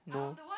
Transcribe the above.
no